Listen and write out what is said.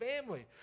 family